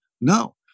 No